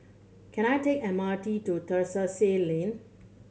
can I take M R T to Terrasse Lane